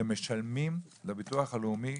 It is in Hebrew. שמשלמים לביטוח הלאומי